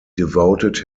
devoted